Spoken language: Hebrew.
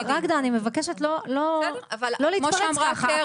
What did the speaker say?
רגדה, אבל אני מבקשת לא להתפרץ ככה.